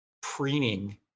preening